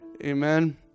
amen